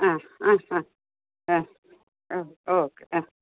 ആ ആ ആ ഓ ഓക്കേ ആ